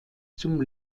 zum